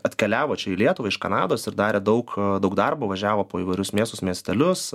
atkeliavo čia į lietuvą iš kanados ir darė daug daug darbo važiavo po įvairius miestus miestelius